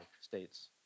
states